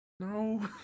No